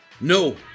No